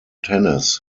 tennis